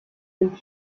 dem